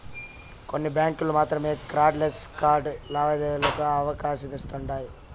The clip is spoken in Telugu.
కొన్ని బ్యాంకులు మాత్రమే కార్డ్ లెస్ క్యాష్ లావాదేవీలకి అవకాశమిస్తుండాయ్